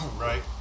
Right